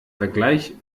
vergleich